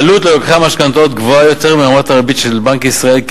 העלות ללוקחי המשכנתאות גבוהה יותר מרמת הריבית של בנק ישראל,